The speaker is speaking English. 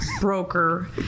broker